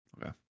Okay